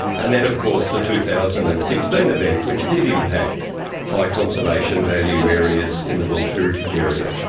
and then of course the two thousand and sixteen event which did impact high conservation value areas in the world heritage area.